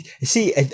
see